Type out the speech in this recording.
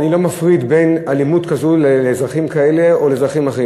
אני לא מפריד בין אלימות כזו לאזרחים כאלה או לאזרחים אחרים.